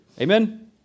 Amen